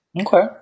okay